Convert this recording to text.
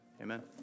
Amen